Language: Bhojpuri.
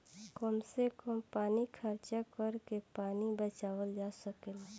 कम से कम पानी खर्चा करके पानी बचावल जा सकेला